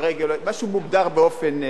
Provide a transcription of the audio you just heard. משהו שמוגדר באופן כזה.